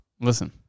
Listen